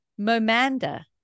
momanda